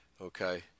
Okay